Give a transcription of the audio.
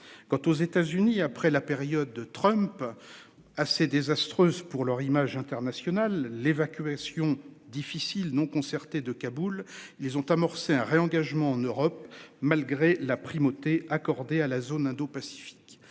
Quant aux États-Unis après la période de Trump. Assez désastreuse pour leur image internationale l'évacuation difficile non concertée de Kaboul. Ils ont amorcé un réengagement en Europe malgré la primauté accordée à la zone indopacifique